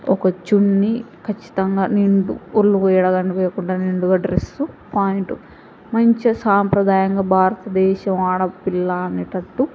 ఒక చున్నీ ఖచ్చితంగా నిండు ఒళ్ళు ఎక్కడా కనిపించకుండా నిండుగా డ్రెస్సు ఒక ప్యాంటు మంచిగా సాంప్రదాయంగా భారతదేశపు ఆడపిల్ల అనేటట్టు